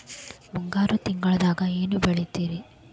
ಮುಂಗಾರು ತಿಂಗಳದಾಗ ಏನ್ ಬೆಳಿತಿರಿ?